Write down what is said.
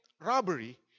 robbery